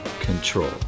control